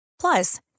Plus